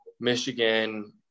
Michigan